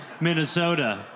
Minnesota